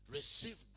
Receive